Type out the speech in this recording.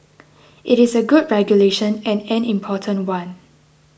it is a good regulation and an important one